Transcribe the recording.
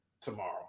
tomorrow